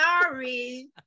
Sorry